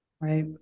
Right